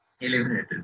eliminated